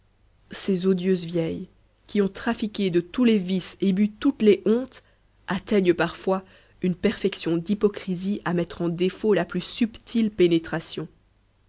ces odieuses vieilles qui ont trafiqué de tous les vices et bu toutes les hontes atteignent parfois une perfection d'hypocrisie à mettre en défaut la plus subtile pénétration